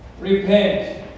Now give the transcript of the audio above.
Repent